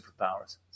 superpowers